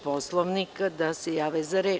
Poslovnika da se jave za reč?